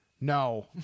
No